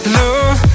Love